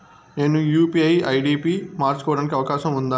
నేను UPI ID పి మార్చుకోవడానికి అవకాశం ఉందా?